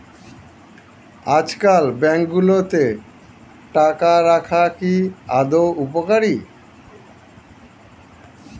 আজকাল ব্যাঙ্কগুলোতে টাকা রাখা কি আদৌ উপকারী?